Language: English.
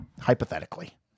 Hypothetically